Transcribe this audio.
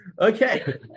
Okay